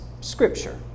Scripture